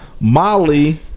Molly